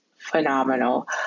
Phenomenal